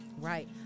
right